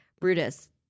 Brutus